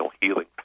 healing